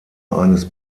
eines